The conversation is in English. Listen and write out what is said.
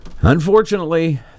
Unfortunately